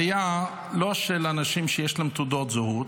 עלייה, לא של אנשים שיש להם תעודות זהות,